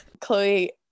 Chloe